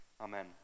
Amen